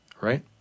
right